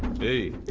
they